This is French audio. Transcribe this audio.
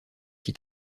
qui